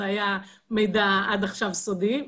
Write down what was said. עד עכשיו זה היה מידע סודי כלפיי.